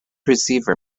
receiver